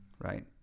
right